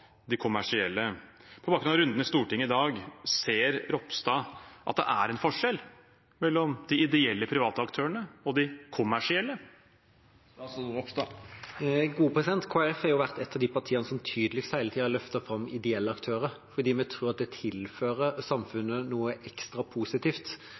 de kommersielle. På bakgrunn av runden i Stortinget i dag, ser Ropstad at det er en forskjell mellom de ideelle private aktørene og de kommersielle? Kristelig Folkeparti har vært et av de partiene som tydeligst hele tida har løftet fram ideelle aktører fordi vi tror at det tilfører